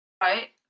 Right